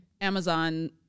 Amazon